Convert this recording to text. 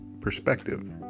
perspective